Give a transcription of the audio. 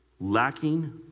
lacking